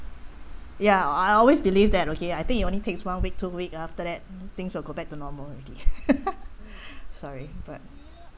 ya I always believe that okay I think it only takes one week two week after that things will go back to normal already sorry but